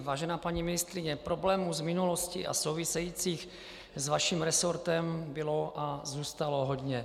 Vážená paní ministryně, problémů z minulosti a souvisejících s vaším resortem bylo a zůstalo hodně.